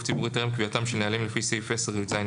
ציבורי טרם קביעתם של נהלים לפי סעיף 10יז(ב),